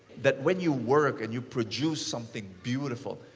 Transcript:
that when you work and you produce something beautiful.